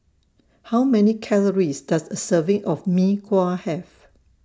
How Many Calories Does A Serving of Mee Kuah Have